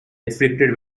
afflicted